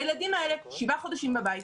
הילדים האלה שבעה חודשים בבית.